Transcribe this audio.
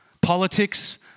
Politics